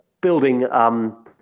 building